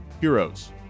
heroes